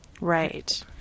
Right